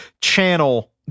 channel